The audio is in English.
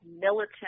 militant